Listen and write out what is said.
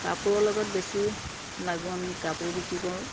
কাপোৰৰ লগত বেছি লাগোঁ আমি কাপোৰ বিক্ৰী কৰোঁ